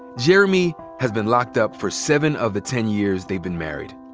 jeremy has been locked up for seven of the ten years they've been married.